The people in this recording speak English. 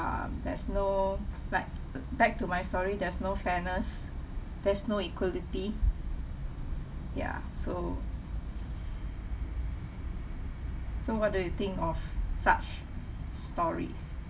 um there's no like back to my story there's no fairness there's no equality ya so so what do you think of such stories